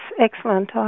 excellent